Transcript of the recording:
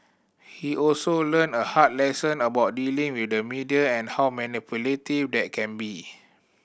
he also learned a hard lesson about dealing with the media and how manipulative they can be